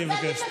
אני מבקש.